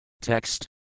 Text